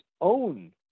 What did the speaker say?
own